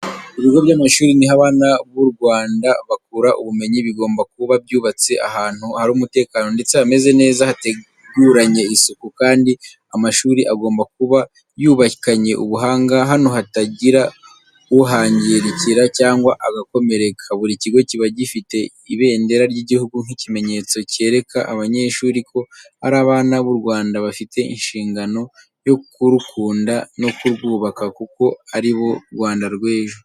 Ibigo by'amashuri ni ho abana b'u Rwanda bakura ubumenyi, bigomba kuba byubatse ahantu hari umutekano ndetse hameze neza hateguranye isuku kandi amashuri agomba kuba yubakanye ubuhanga hano hatagira uhangirikira cyangwa agakomereka. Buri kigo kiba gifite ibendera ry'igihugu nk'ikimenyetso cyereka abanyeshuri ko ari abana b’u Rwanda bafite inshingano yo kurukunda no kurwubaka kuko ari bo Rwanda rw'ejo.